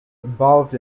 involved